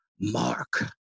mark